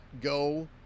go